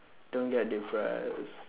don't get depressed